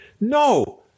no